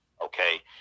Okay